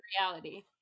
reality